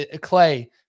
Clay